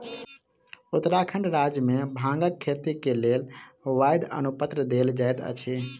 उत्तराखंड राज्य मे भांगक खेती के लेल वैध अनुपत्र देल जाइत अछि